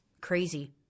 crazy